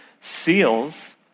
seals